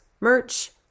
merch